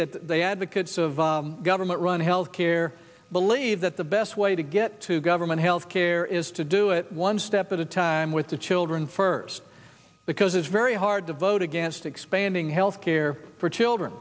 that the advocates of government run health care believe that the best way to get to government health care is to do it one step at a time with the children first because it's very hard to vote against expanding health care for children